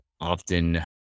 often